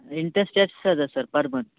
interest ಎಷ್ಟು ಅದು sir per month